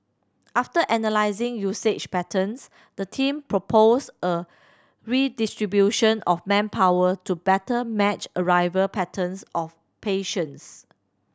after analysing usage patterns the team proposed a redistribution of manpower to better match arrival patterns of patients